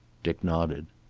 dick nodded.